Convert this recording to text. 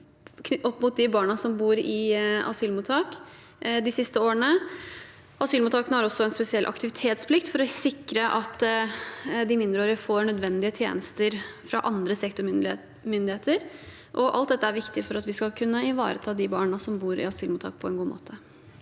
opp mot de barna som bor i asylmottak. Asylmottakene har også en spesiell aktivitetsplikt for å sikre at de mindreårige får nødvendige tjenester fra andre sektormyndigheter. Alt dette er viktig for at vi skal kunne ivareta de barna som bor i asylmottak, på en god måte.